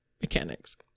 mechanics